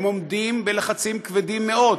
הם עומדים בלחצים כבדים מאוד,